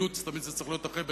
תמיד זה צריך להיות אחרי אילוץ,